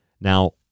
Now